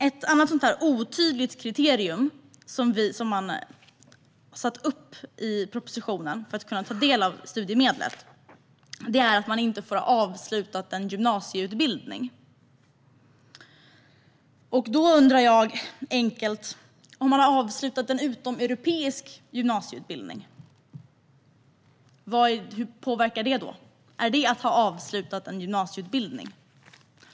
Ett annat otydligt kriterium som har satts upp i propositionen är att man för att kunna ta del av studiemedlet inte får ha avslutat en gymnasieutbildning. Då undrar jag: Hur blir det om man har avslutat en utomeuropeisk gymnasieutbildning? Är detta likvärdigt med att ha avslutat en gymnasieutbildning?